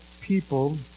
people